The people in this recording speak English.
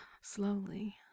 slowly